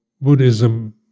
Buddhism